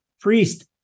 priest